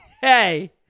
hey